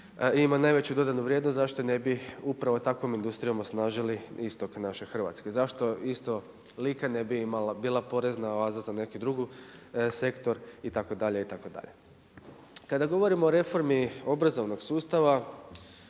ima najveću dodanu vrijednost, zašto ne bi upravo takvom industrijom osnažili istok naše Hrvatske. Zašto isto Lika ne bi bila porezna oaza za neke drugi sektor itd., itd. Kada govorimo o reformi obrazovnog sustava,